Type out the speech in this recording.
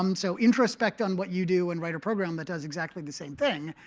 um so introspect on what you do and write a program that does exactly the same thing.